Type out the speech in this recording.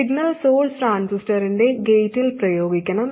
signal source ട്രാൻസിസ്റ്ററിന്റെ ഗേറ്റിൽ പ്രയോഗിക്കണം